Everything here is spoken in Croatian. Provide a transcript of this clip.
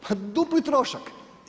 Pa dupli trošak.